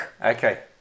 Okay